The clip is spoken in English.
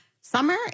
Summer